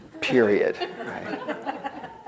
period